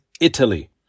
Italy